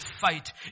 fight